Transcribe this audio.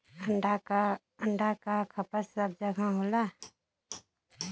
अंडा क खपत सब जगह होला